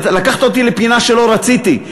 לקחת אותי לפינה שלא רציתי,